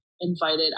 invited